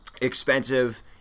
expensive